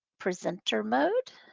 presenter mode